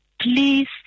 please